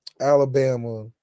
Alabama